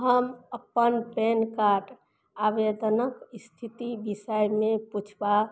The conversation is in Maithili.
हम अपन पैन कार्ड आवेदनक स्थितिके विषयमे पूछबा